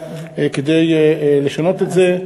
כדי לשנות את זה.